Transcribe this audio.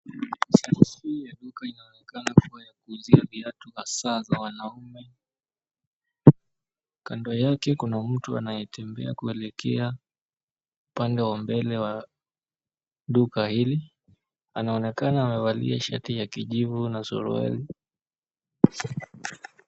Sehemu hii ya duka inaonekana kuwa ya kuuzia viatu hasa za wanaume. Kando yake kuna mtu anayetembea kuelekea upande wa mbele wa duka hili. Anaonekana amevalia shati ya kijivu na suruali.